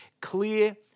clear